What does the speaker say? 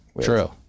True